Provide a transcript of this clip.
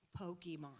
Pokemon